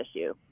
issue